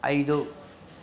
ಐದು